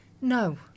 no